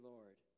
Lord